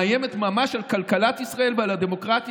היא מאיימת ממש על כלכלת ישראל ועל הדמוקרטיה